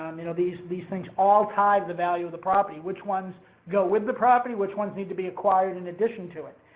um you know these, these things are all tied the value of the property. which ones go with the property, which ones need to be acquired in addition to it.